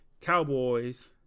Cowboys